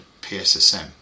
pssm